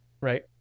right